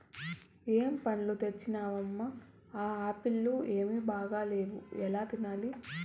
ఏం పండ్లు తెచ్చినవమ్మ, ఆ ఆప్పీల్లు ఏమీ బాగాలేవు ఎలా తినాలి